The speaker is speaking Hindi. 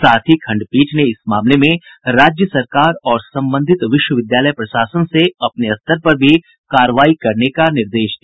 साथ ही खंडपीठ ने इस मामले में राज्य सरकार और संबंधित विश्वविद्यालय प्रशासन से अपने स्तर से भी कार्रवाई करने का निर्देश दिया